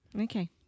Okay